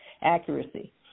accuracy